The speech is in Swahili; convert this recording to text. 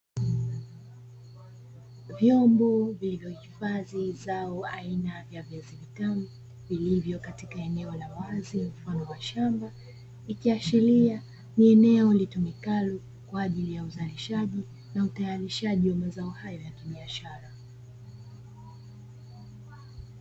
Vyombo vilivyohifadhi zao aina ya viazi vitamu vilivyo katika eneo la wazi mfano wa shamba, ikiashiria kuwa ni eneo litumikalo kwa ajili ya uzalishaji na utayarishaji wa mazao hayo ya biashara.